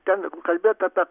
ten kalbėjot apie